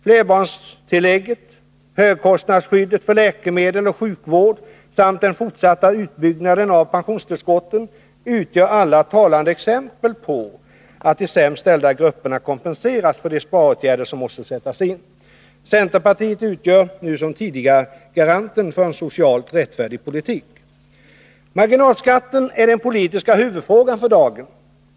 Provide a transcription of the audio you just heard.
Flerbarnstillägget, högkostnadsskyddet för läkemedel och sjukvård samt den fortsatta utbyggnaden av pensionstillskotten utgör alla talande exempel på att de sämst ställda grupperna kompenseras för de sparåtgärder som måste sättas in. Centerpartiet utgör nu som tidigare garanten för en socialt rättfärdig politik. Marginalskatten är den politiska huvudfrågan för dagen.